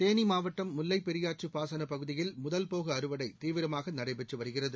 தேனிமாவட்டம் முல்லை பெரியாற்றுபாசனபகுதியில் முதல்போகஅறுவடைதீவிரமாகநடைபெற்றுவருகிறது